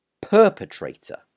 perpetrator